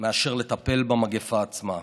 מאשר לטפל במגפה עצמה.